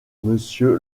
monsieur